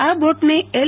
આ બોટને એલ